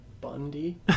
Bundy